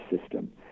system